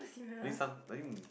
think some I think